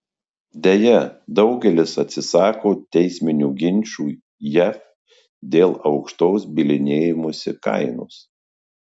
deja daugelis atsisako teisminių ginčų jav dėl aukštos bylinėjimosi kainos